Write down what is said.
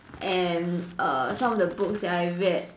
and err some of the books that I read